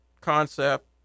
concept